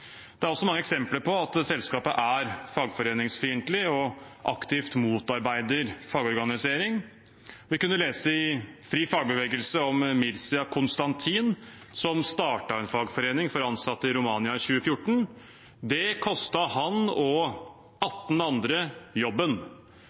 Det er mange eksempler på at selskapet er fagforeningsfiendtlig og aktivt motarbeider fagorganisering. Vi kunne lese i Fri Fagbevegelse om Mircea Constantin, som startet en fagforening for ansatte i Romania i 2014. Det kostet ham og